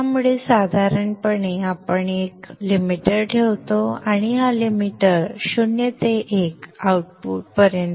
त्यामुळे साधारणपणे आपण येथे एक लिमिटर ठेवतो आणि हा लिमिटर 0 ते 1 पर्यंत आउटपुट दिसेल